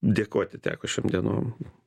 dėkoti teko šiom dienom